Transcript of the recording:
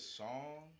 song